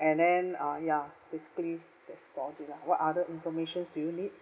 and then uh ya basically that's about it lah what other informations do you need